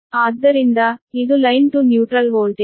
ಆದ್ದರಿಂದ ಇದು line to neutral voltage